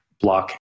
block